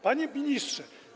Panie Ministrze!